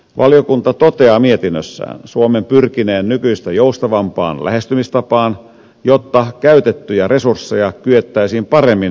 valiokunta toteaa mietinnössään suomen pyrkineen nykyistä joustavampaan lähestymistapaan jotta käytettyjä resursseja kyettäisiin paremmin hyödyntämään